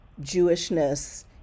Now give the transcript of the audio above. Jewishness